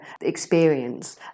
experience